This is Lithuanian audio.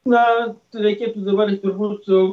na reikėtų dabar turbūt